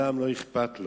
לעולם לא אכפת,